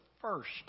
first